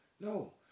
No